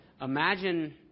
imagine